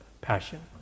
passion